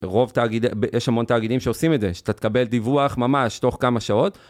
רוב תאגידי, יש המון תאגידים שעושים את זה, שאתה תקבל דיווח ממש תוך כמה שעות.